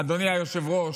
אדוני היושב-ראש,